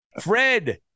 Fred